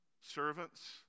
servants